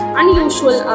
unusual